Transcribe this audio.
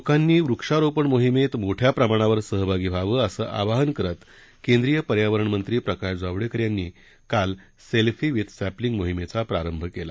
लोकांनी वृक्षारोपण मोहिमेत मोठ्या प्रमाणावर सहभागी व्हावं असं आवाहन करत केंद्रिय पर्यावरण मंत्री प्रकाश जावडेकर यांनी काल सेल्फी विथ सॅपलिंग मोहिमेचा प्रारंभ केला